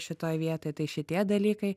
šitoj vietoj tai šitie dalykai